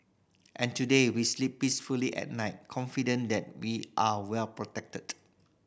and today we sleep peacefully at night confident that we are well protected